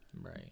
Right